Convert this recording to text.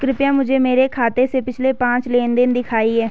कृपया मुझे मेरे खाते से पिछले पांच लेनदेन दिखाएं